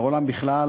בעולם בכלל,